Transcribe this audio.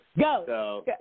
Go